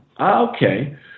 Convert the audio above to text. Okay